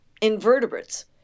invertebrates